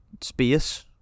space